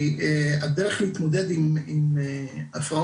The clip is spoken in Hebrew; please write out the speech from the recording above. כי הדרך להתמודד עם הפרעות,